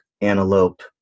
antelope